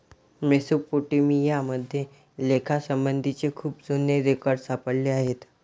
Mesopotamia मध्ये लेखासंबंधीचे खूप जुने रेकॉर्ड सापडले आहेत